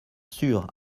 sûre